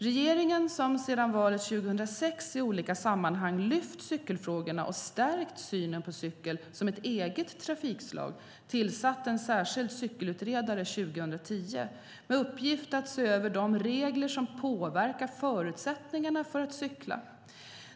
Regeringen, som sedan valet 2006 i olika sammanhang lyft fram cykelfrågorna och stärkt synen på cykel som ett eget trafikslag, tillsatte en särskild cykelutredare 2010 med uppgift att se över de regler som påverkar förutsättningarna för att cykla.